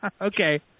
Okay